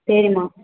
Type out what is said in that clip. சரிம்மா